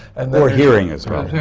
and then or hearing as well.